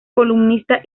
columnista